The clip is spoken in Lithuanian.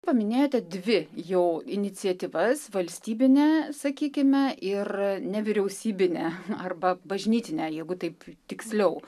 paminėjote dvi jau iniciatyvas valstybinę sakykime ir nevyriausybinę arba bažnytinę jeigu taip tiksliau